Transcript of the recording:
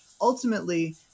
ultimately